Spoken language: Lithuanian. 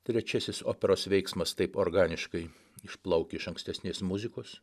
trečiasis operos veiksmas taip organiškai išplaukia iš ankstesnės muzikos